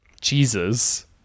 Jesus